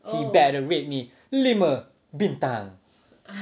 you better rate me lima bintang